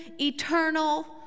eternal